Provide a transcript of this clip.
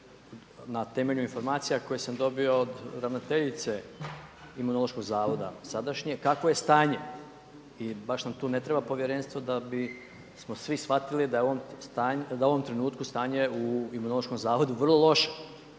na temelju informacija koje sam dobio od ravnateljice Imunološkog zavoda sadašnje, kakvo je stanje. I baš nam tu ne treba povjerenstvo da bismo svi shvatili da je u ovom trenutku stanje u Imunološkom zavodu vrlo loše